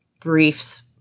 briefs